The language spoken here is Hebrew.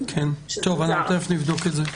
אנחנו תכף נבדוק את זה.